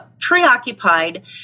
preoccupied